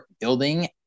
building